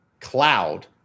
cloud